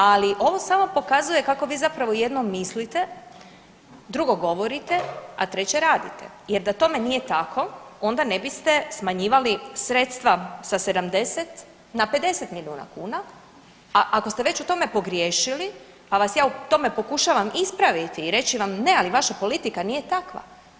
Ali ovo samo pokazuje kako vi zapravo jedno mislite, drugo govorite, a treće radite jer da tome nije tako onda ne biste smanjivali sredstva sa 70 na 50 milijuna kuna, a ako ste već u tome pogriješili pa vas ja u tome pokušavam ispraviti i reći vam ne, ali vaša politika nije takva.